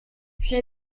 j’ai